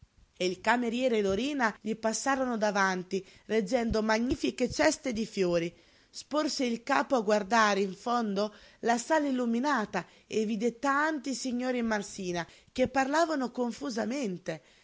e il cameriere e dorina gli passarono davanti reggendo magnifiche ceste di fiori sporse il capo a guardare in fondo la sala illuminata e vide tanti signori in marsina che parlavano confusamente